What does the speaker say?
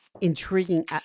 intriguing